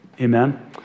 Amen